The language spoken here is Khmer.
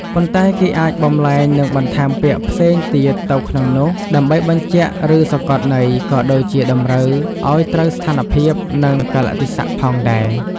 ប៉ុន្តែគេអាចបម្លែង និងបន្ថែមពាក្យផ្សេងទៀតទៅក្នុងនោះ ដើម្បីបញ្ជាក់ ឬ សង្កត់ន័យ ក៏ដូចជាតម្រូវឱ្យត្រូវស្ថានភាព និង កាលៈទេសៈផងដែរ។